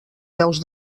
peus